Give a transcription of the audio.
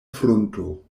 frunto